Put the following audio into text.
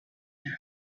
their